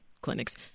clinics